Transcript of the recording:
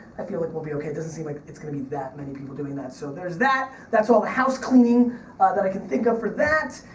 i feel like we'll be okay, doesn't seem like it's gonna be that many people doing that, so there's that. that's all the house cleaning ah that i can think of for that.